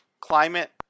climate